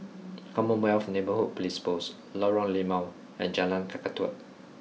Commonwealth Neighbourhood Police Post Lorong Limau and Jalan Kakatua